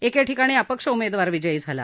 एके ठिकाणी अपक्ष उमेदवार विजयी झाला